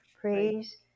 Praise